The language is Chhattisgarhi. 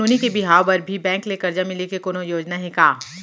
नोनी के बिहाव बर भी बैंक ले करजा मिले के कोनो योजना हे का?